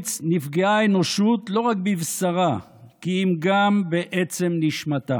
"באושוויץ נפגעה האנושות לא רק בבשרה כי אם גם בעצם נשמתה,